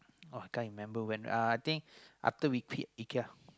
oh I can't remember when uh I think after we pit Ikea